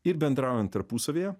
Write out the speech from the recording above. ir bendraujant tarpusavyje